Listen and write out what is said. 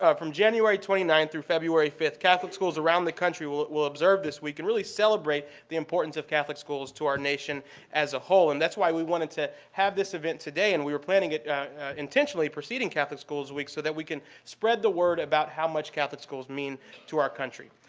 ah from january twenty ninth through february fifth, catholic schools around the country will observe this week and really celebrate the importance of catholic schools to our nation as a whole. and that's why we wanted to have this event today, and we were planning it intentionally preceding catholic school's week so that we can spread the word about how much catholic schools mean to our country.